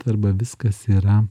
arba viskas yra